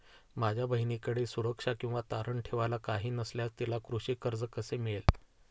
माझ्या बहिणीकडे सुरक्षा किंवा तारण ठेवायला काही नसल्यास तिला कृषी कर्ज कसे मिळेल?